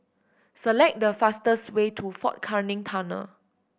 select the fastest way to Fort Canning Tunnel